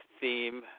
theme